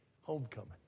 Homecoming